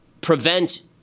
prevent